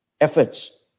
efforts